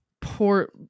poor